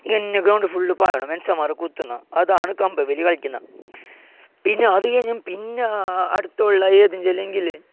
അങ്ങനെ ground full പായണം മനുഷ്യന്മാരെ കുത്തുന്ന അതാണ് കമ്പ് വെല്ലു കളിക്കുന്ന പിന്നെ അതുകഴിഞ്ഞും പിന്നെ അടുത്തുള്ള ഏതെന്ന് ചൊല്ലിയെങ്കിൽ ഇല്ലേ